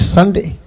Sunday